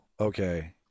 Okay